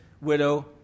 widow